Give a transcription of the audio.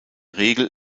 regel